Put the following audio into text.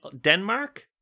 Denmark